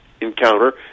encounter